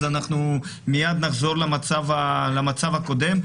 מייד נחזור למצב הקודם,